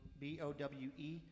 b-o-w-e